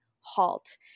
halt